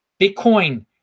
Bitcoin